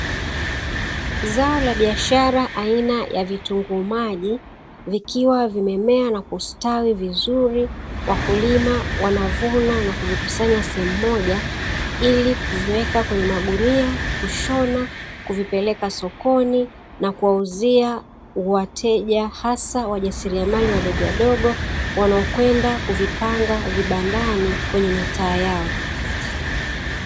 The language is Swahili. Zao la biashara aina ya vitunguu maji vikiwa vimemea na kustawi vizuri. Wakulima wanavuna na kuvikusanya sehemu moja ili kuviweka kwenye magunia, kushona; kuvipeleka sokoni na kuwauzia wateja hasa wajasiriamali wadogowadogo wanaokwenda kuvipanga vibandani kwenye mitaa yao.